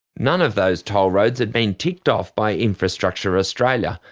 none of those toll roads had been ticked off by infrastructure australia,